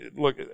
look